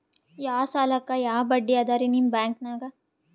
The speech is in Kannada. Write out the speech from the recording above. ಯಾ ಸಾಲಕ್ಕ ಯಾ ಬಡ್ಡಿ ಅದರಿ ನಿಮ್ಮ ಬ್ಯಾಂಕನಾಗ?